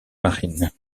marines